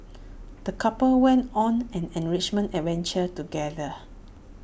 the couple went on an enriching adventure together